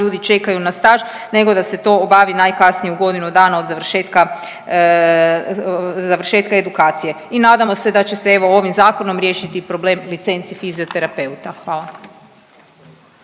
ljudi čekaju na staž, nego da se to obavi najkasnije u godinu dana od završetka, završetka edukacije i nadamo se da će se evo ovim zakonom riješiti problem licenci fizioterapeuta, hvala.